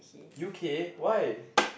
U_K why